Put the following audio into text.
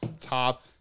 top